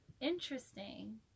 Interesting